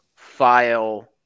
file